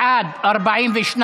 בעד, 41,